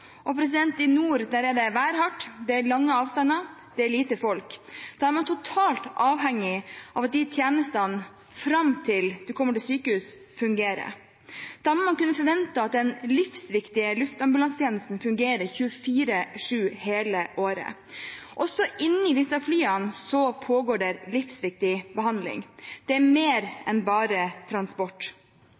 I nord er det værhardt, det er lange avstander, det er lite folk. Da er man totalt avhengig av at de tjenestene fram til man kommer til sykehus, fungerer. Da må man kunne forvente at den livsviktige luftambulansetjenesten fungerer 24/7 hele året. Også inni disse flyene pågår det livsviktig behandling – det er mer enn bare transport.